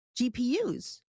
GPUs